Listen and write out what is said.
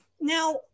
Now